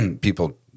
people